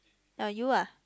uh you ah